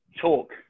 talk